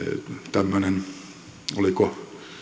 tämmöinen oliko